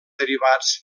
derivats